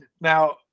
Now